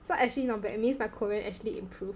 so actually not bad means my Korean actually improve